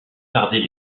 tarder